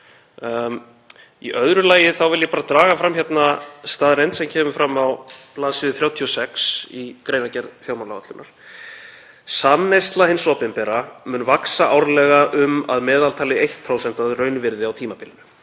Í öðru lagi vil ég draga fram staðreynd sem kemur fram á bls. 36 í greinargerð fjármálaáætlunar: „Samneysla hins opinbera mun vaxa árlega um að meðaltali 1% að raunvirði á tímabilinu.